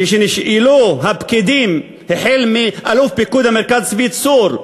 כשנשאלו הפקידים, החל באלוף פיקוד המרכז צבי צור,